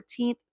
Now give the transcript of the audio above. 14th